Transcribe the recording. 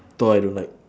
thor I don't like